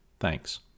thanks